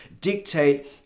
dictate